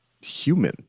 human